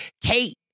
Kate